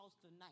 tonight